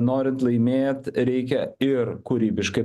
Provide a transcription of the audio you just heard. norint laimėt reikia ir kūrybiškai